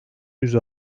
yüz